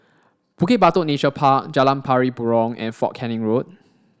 Bukit Batok Nature Park Jalan Pari Burong and Fort Canning Road